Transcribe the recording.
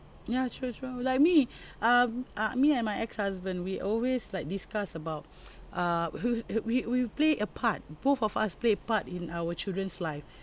ya true true like me um uh me and my ex-husband we always like discuss about uh who who we we play a part both of us play a part in our children's life